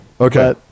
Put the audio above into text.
okay